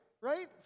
Right